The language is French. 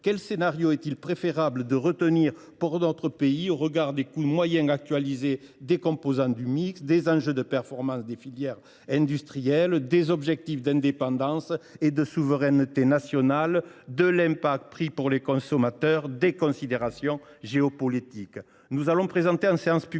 Quel scénario est il préférable de retenir pour notre pays au regard du coût moyen actualisé de chaque composante du mix, des enjeux de performance des filières industrielles, des objectifs d’indépendance et de souveraineté nationale, de l’effet prix sur les consommateurs et des considérations géopolitiques ?